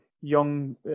young